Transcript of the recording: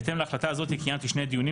בהתאם להחלטה הזאת קיימתי שני דיונים